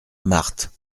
marthe